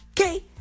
Okay